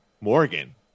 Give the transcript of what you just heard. Morgan